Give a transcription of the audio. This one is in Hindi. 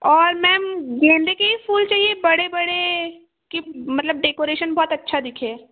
और मैम गेंदे के हीं फूल चाहिए बड़े बड़े कि मतलब डेकोरेशन बहुत अच्छा दिखे